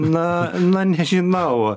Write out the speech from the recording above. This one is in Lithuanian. na na nežinau